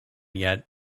yet